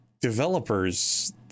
developers